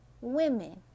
women